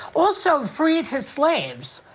also freed his slaves.